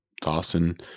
Dawson